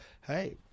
hey